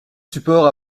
support